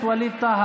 אופיר, תקשיב.